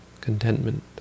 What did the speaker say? contentment